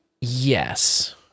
Yes